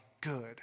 Good